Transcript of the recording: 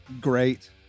great